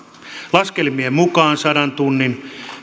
laskelmien mukaan sadan tunnin